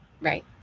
Right